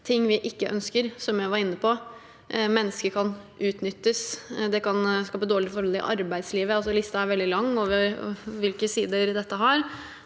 ting vi ikke ønsker, som jeg var inne på. Mennesker kan utnyttes, det kan skape dårlige forhold i arbeidslivet – listen over hvilke sider dette har,